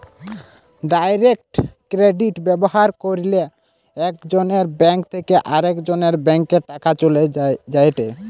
direct credit ব্যবহার কইরলে একজনের ব্যাঙ্ক থেকে আরেকজনের ব্যাংকে টাকা চলে যায়েটে